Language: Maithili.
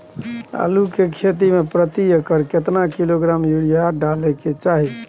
आलू के खेती में प्रति एकर केतना किलोग्राम यूरिया डालय के चाही?